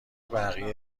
بقیه